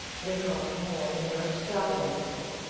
they cost more than your extravagant people,